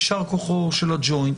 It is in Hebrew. יישר כוחו של הג'וינט,